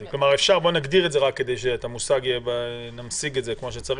בואו נגדיר את זה, נמשיג את זה כפי שצריך.